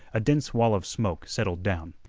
a dense wall of smoke settled down.